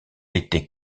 était